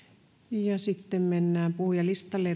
sitten mennään puhujalistalle